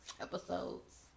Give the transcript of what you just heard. episodes